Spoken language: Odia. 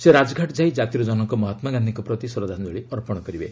ସେ ରାଜଘାଟ ଯାଇ ଜାତିର ଜନକ ମହାତ୍ରା ଗାନ୍ଧିଙ୍କ ପ୍ରତି ଶ୍ରଦ୍ଧାଞ୍ଜଳୀ ଅର୍ପଣ କରିବେ